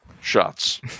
shots